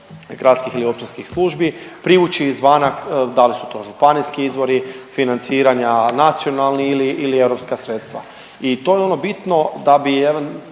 gradskih ili općinskih službi privući izvana, da li su to županijski izvori financiranja, nacionalni ili europska sredstva. I to je ono bitno da bi,